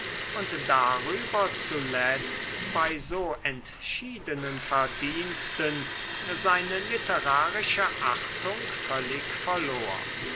und darüber zuletzt bei so entschiedenen verdiensten seine literarische achtung völlig verlor